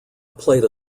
played